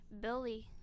Billy